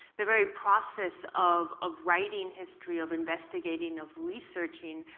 the very process of of writing history, of investigating, of researching,